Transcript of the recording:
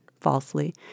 falsely